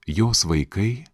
jos vaikai